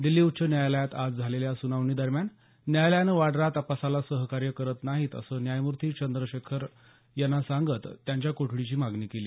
दिस्ली उच्च न्यायालयात आज झालेल्या सुनावणीदरम्यान न्यायालयानं वाड्रा तपासाला सहकार्य करत नाहीत असं न्यायमूर्ती चंद्रशेखर यांना सांगत त्यांच्या कोठडीची मागणी केली